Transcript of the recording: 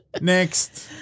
Next